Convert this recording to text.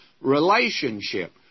relationship